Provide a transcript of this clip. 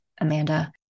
Amanda